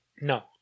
No